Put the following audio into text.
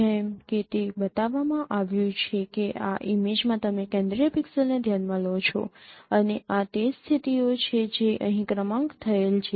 જેમ કે તે બતાવવામાં આવ્યું છે કે આ ઇમેજમાં તમે કેન્દ્રિય પિક્સેલને ધ્યાનમાં લો છો અને આ તે સ્થિતિઓ છે જે અહીં ક્રમાંક થયેલ છે